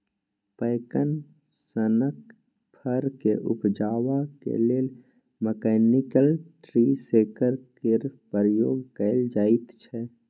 पैकन सनक फर केँ उपजेबाक लेल मैकनिकल ट्री शेकर केर प्रयोग कएल जाइत छै